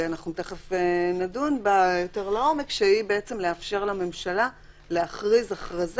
ותכף נדון בה יותר לעומק לאפשר לממשלה להכריז הכרזה